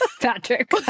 Patrick